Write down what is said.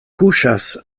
kuŝas